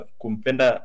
kumpenda